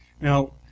Now